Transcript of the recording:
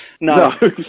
No